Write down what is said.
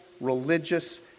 religious